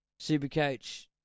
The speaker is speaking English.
Supercoach